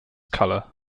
color